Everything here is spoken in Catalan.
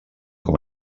com